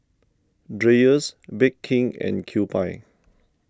Dreyers Bake King and Kewpie